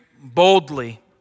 boldly